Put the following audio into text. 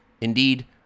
Indeed